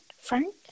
Frank